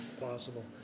possible